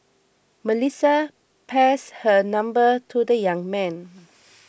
Melissa passed her number to the young man